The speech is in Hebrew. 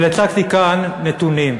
אבל הצגתי כאן נתונים.